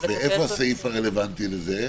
יפה, איפה הסעיף הרלוונטי לזה?